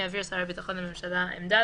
יעביר שר הביטחון לממשלה עמדה,